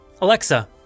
Alexa